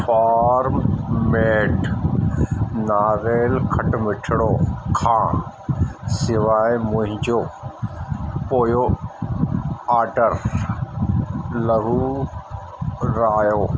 form made नारेल खटमिठड़ो खां सवाइ मुंहिंजो पोयों ऑडर लहू राहियो